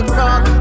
rock